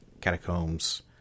Catacombs